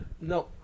no